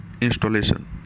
installation